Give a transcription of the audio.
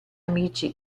amici